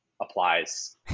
applies